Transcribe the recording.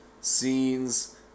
scenes